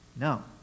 No